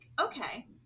Okay